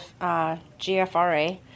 GFRA